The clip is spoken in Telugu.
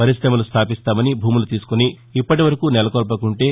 పర్కాశమలు స్దొపిస్తామని భూములు తీసుకుని ఇప్పటి వరకూ నెలకొల్పకుంటే